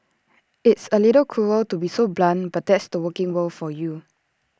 it's A little cruel to be so blunt but that's the working world for you